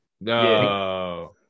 No